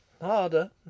Harder